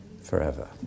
forever